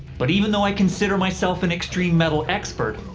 but even though i consider myself an extreme metal expert.